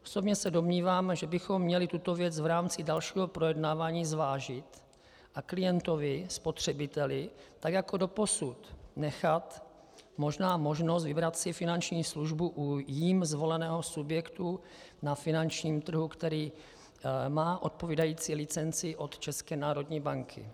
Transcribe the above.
Osobně se domnívám, že bychom měli tuto věc v rámci dalšího projednávání zvážit a klientovi, spotřebiteli, tak jako doposud nechat možná možnost vybrat si finanční službu u jím zvoleného subjektu na finančním trhu, který má odpovídající licenci od České národní banky.